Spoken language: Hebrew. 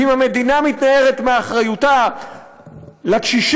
ואם המדינה מתנערת מאחריותה לקשישים,